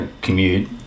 commute